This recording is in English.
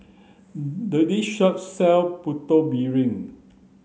the this shop sell putu piring